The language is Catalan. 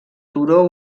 turó